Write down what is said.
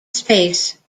space